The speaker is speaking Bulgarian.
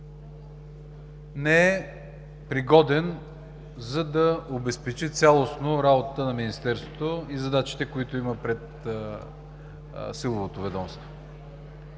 не е пригоден, за да обезпечи цялостно работата на Министерството и задачите, които има пред силовото ведомство.